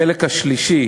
החלק השלישי